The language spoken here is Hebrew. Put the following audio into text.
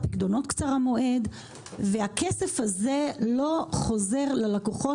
על הפיקדונות קצרי מועד; והכסף הזה לא חוזר ללקוחות.